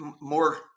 more